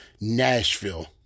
Nashville